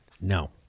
No